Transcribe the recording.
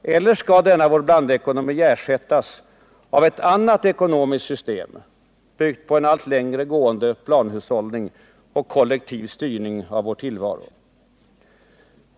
Eller skall denna vår blandekonomi ersättas av ett annat ekonomiskt system, byggt på en allt längre gående planhushållning och kollektiv styrning av vår tillvaro?